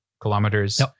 kilometers